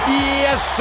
yes